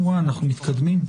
אנחנו מתקדמים.